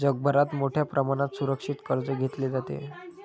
जगभरात मोठ्या प्रमाणात सुरक्षित कर्ज घेतले जाते